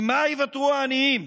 עם מה ייוותרו העניים?